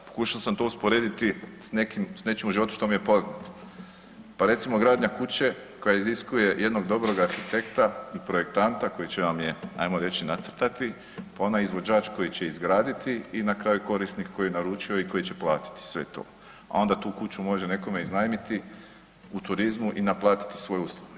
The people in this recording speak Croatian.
Pokušao samo to usporediti s nečim u životu što mi je poznato, pa recimo gradnja kuće koja iziskuje jednog dobrog arhitekta i projektanta koji će nam je, ajmo reći, nacrtati, onaj izvođač koji će je izgraditi i na kraju korisnik koji ju je naručio i koji će platiti sve to, a onda tu kuću može nekome iznajmiti u turizmu i naplatiti svoje usluge.